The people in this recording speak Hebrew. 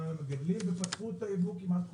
למגדלים ופתחו את היבוא כמעט חופשי.